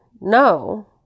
no